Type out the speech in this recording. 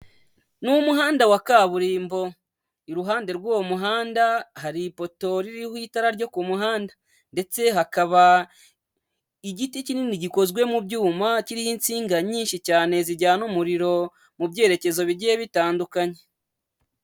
Ni umuhanda wa kaburimbo iruhande rw'uwo muhanda hari ipoto ririho itara ryo ku muhanda ndetse hakaba igiti kinini gikozwe mu byuma kiriho insinga nyinshi cyane zijyana umuriro mu byerekezo bigiye bitandukanye.